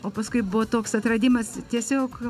o paskui buvo toks atradimas tiesiog